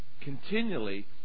continually